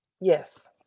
Yes